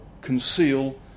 conceal